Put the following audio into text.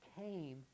came